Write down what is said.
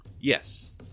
Yes